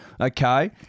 okay